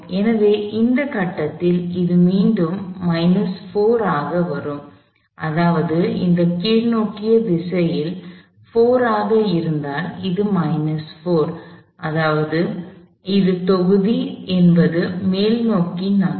எனவே இந்த கட்டத்தில் அது மீண்டும் ஆக வரும் அதாவது இது கீழ்நோக்கிய திசையில் 4 ஆக இருந்தால் இது அதாவது இது தொகுதி என்பது மேல்நோக்கி நகரும்